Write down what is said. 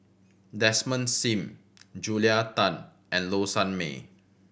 Desmond Sim Julia Tan and Low Sanmay